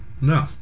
No